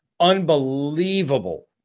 unbelievable